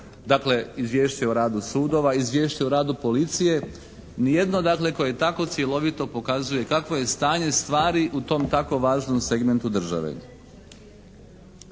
dakle Izvješće o radu sudova, Izvješće o radu policije, ni jedno dakle koje tako cjelovito pokazuje kakvo je stanje stvari u tom tako važnom segmentu države.